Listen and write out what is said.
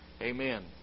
Amen